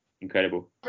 incredible